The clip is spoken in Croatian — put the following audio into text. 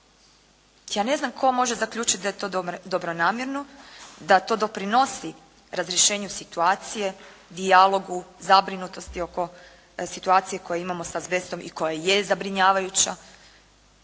Ja ne znam tko može zaključiti da je to dobronamjerno da to doprinosi razrješenju situacije, dijalogu, zabrinutosti oko situacije koju imamo sa azbestom i koja je zabrinjavajuća.